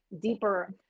deeper